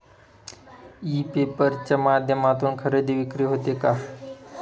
E paper च्या माध्यमातून खरेदी विक्री होते का?